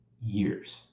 years